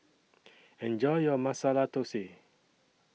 Enjoy your Masala Dosa